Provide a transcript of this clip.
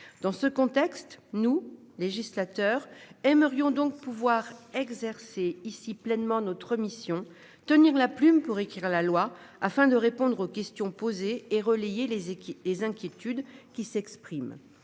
dans ce contexte nous législateurs aimerions donc pouvoir exercer ici pleinement notre mission tenir la plume pour écrire la loi afin de répondre aux questions posées et relayer les équipes les inquiétudes qui s'expriment,